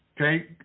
Okay